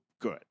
good